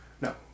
No